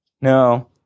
No